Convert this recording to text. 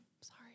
sorry